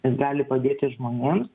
jis gali padėti žmonėms